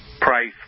price